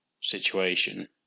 situation